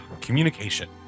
Communication